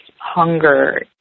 hunger